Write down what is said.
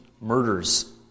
murders